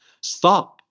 stop